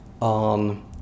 on